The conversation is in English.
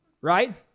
right